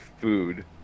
food